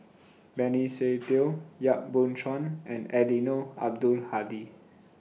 Benny Se Teo Yap Boon Chuan and Eddino Abdul Hadi